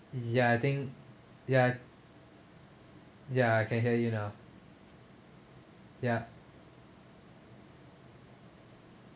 ya I think ya ya I can hear you now ya